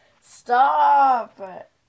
Stop